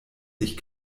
sich